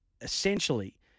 essentially